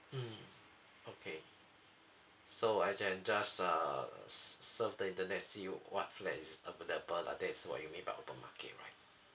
mmhmm okay so I can just err s~ surf the internet see what flat is available lah that is what you mean by open market right